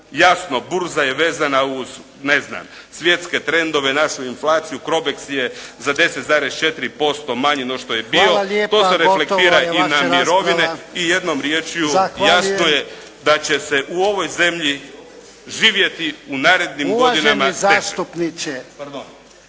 Jasno burza je vezana, ne znam uz svjetske trendove, našu inflaciju, Crobex je za 10,4% manji no što je bio. … /Upadica: Hvala lijepa, gotova je vaša rasprava./… i jednom riječju jasno je da će se u ovoj zemlji živjeti u narednim godinama teže. Pardon.